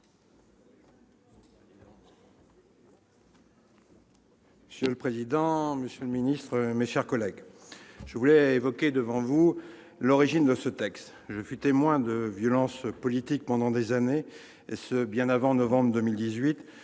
Monsieur le président, monsieur le ministre, mes chers collègues, je souhaite évoquer devant vous l'origine de ce texte. Je fus témoin de violence politique pendant des années, bien avant novembre 2018,